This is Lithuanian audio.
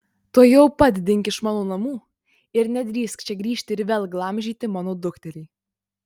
tuojau pat dink iš mano namų ir nedrįsk čia grįžti ir vėl glamžyti mano dukterį